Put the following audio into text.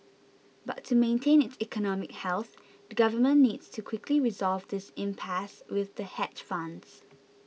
but to maintain its economic health the government needs to quickly resolve this impasse with the hedge funds